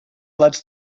lets